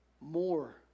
more